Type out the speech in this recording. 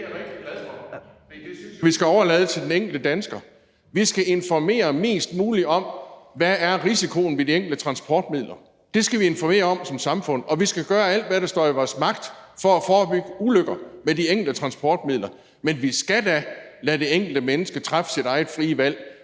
vi skal overlade det til den enkelte dansker. Vi skal informere mest mulig om, hvad risikoen er ved de enkelte transportmidler – det skal vi informere om som samfund, og vi skal gøre alt, hvad der står i vores magt, for at forebygge ulykker med de enkelte transportmidler. Men vi skal da lade det enkelte menneske træffe sit eget frie valg